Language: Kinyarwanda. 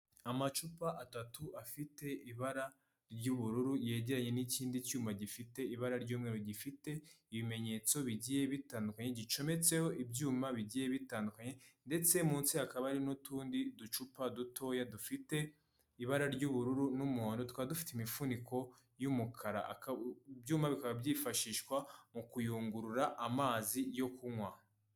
Amacupa atatu afite ibara ry'ubururu yegeranye n'ikindi cyuma gifite ibara ry'umweru, gifite ibimenyetso bigiye bitandukanye gicometseho ibyuma bigiye bitandukanye ndetse munsi hakaba hari n'utundi ducupa dutoya dufite ibara ry'ubururu n'umuhondo tukaba dufite imifuniko y'umukara, ibyuma bikaba byifashishwa mu kuyungurura amazi yo kunywa.